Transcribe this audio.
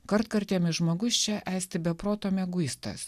kartkartėmis žmogus čia esti be proto mieguistas